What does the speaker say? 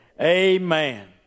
Amen